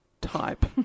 type